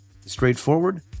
straightforward